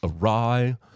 awry